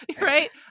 Right